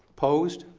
opposed.